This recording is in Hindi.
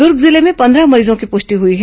दुर्ग जिले में पंद्रह मरीजों की पुष्टि हुई है